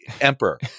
emperor